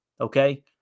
okay